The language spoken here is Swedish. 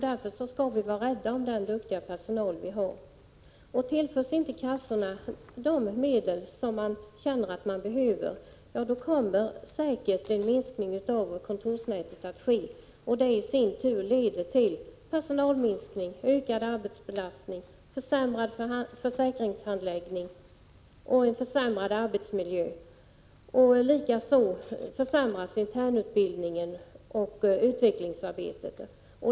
Därför skall vi vara rädda om den duktiga personal som vi har. Tillförs inte kassorna de medel som de känner att de behöver, då kommer säkert en minskning av kontorsnätet att ske, och det leder i sin tur till en personalminskning, ökad arbetsbelastning, försämrad försäkringshandläggning och en försämrad arbetsmiljö. Likaså försämras internutbildningen och utvecklingsarbetet.